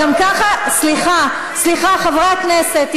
סליחה, סליחה, חברי הכנסת.